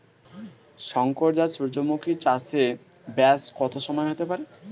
শংকর জাত সূর্যমুখী চাসে ব্যাস কত সময় হতে পারে?